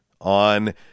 on